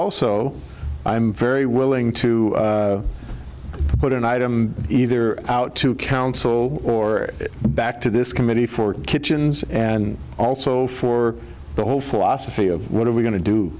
also i'm very willing to put an item either out to council or back to this committee for kitchens and also for the whole philosophy of what are we going to do